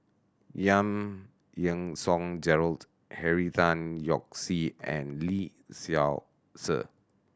Yang Yean Song Gerald Henry Tan Yoke See and Lee Seow Ser